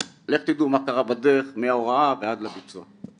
לכו תדעו מה קרה בדרך מההוראה ועד לביצוע.